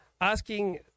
asking